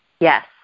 Yes